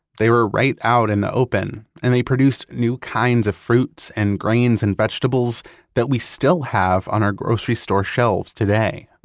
they were right out in the open and they produced new kinds of fruits and grains and vegetables that we still have on our grocery store shelves today